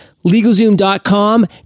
LegalZoom.com